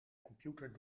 computer